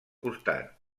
costat